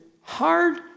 hard